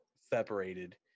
separated